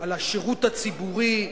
על השירות הציבורי,